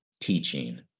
teaching